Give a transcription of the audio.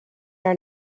are